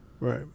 Right